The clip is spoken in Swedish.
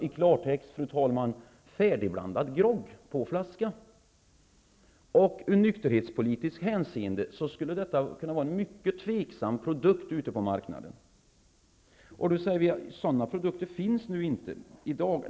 I klartext, fru talman, blir detta färdigblandad grogg på flaska. Ur nykterhetspolitiskt hänseende skulle detta kunna vara en mycket tvivelaktig produkt ute på marknaden. Då kan någon säga: Sådana produkter finns inte i dag.